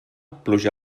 pluja